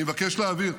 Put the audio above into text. אני מבקש להבהיר: